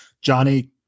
Johnny